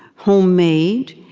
homemade,